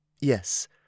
Yes